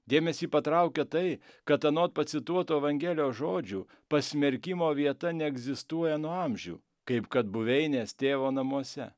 dėmesį patraukia tai kad anot pacituotų evangelijos žodžių pasmerkimo vieta neegzistuoja nuo amžių kaip kad buveinės tėvo namuose